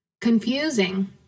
confusing